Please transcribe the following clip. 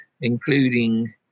including